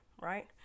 right